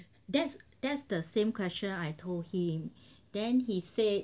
that's that's the same question I told him then he said